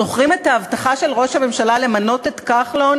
זוכרים את ההבטחה של ראש הממשלה למנות את כחלון